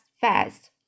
fast